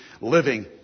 living